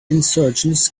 insurgents